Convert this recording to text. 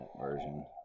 version